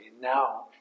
Now